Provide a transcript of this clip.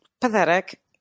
pathetic